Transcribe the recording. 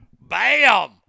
Bam